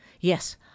Yes